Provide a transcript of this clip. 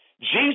Jesus